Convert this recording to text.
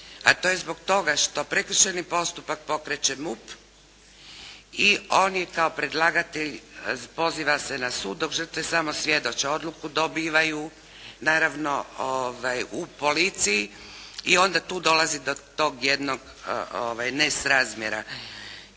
A to je zbog toga što prekršajni postupak pokreće MUP i on je kao predlagatelj, poziva se na sud, dok žrtve samo svjedoče. Odluku dobivaju, naravno u policiji i onda tu dolazi do tog jednog nesrazmjera